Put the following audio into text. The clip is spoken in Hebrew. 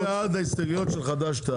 מי בעד ההסתייגויות של חד"ש-תע"ל?